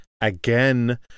Again